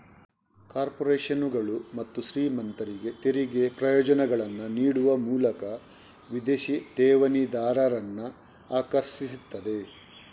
ಕಾರ್ಪೊರೇಷನುಗಳು ಮತ್ತು ಶ್ರೀಮಂತರಿಗೆ ತೆರಿಗೆ ಪ್ರಯೋಜನಗಳನ್ನ ನೀಡುವ ಮೂಲಕ ವಿದೇಶಿ ಠೇವಣಿದಾರರನ್ನ ಆಕರ್ಷಿಸ್ತದೆ